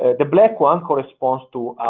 ah the black one corresponds to